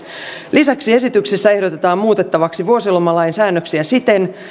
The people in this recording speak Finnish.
lisäksi esityksessä ehdotetaan muutettavaksi vuosilomalain säännöksiä siten